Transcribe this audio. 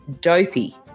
Dopey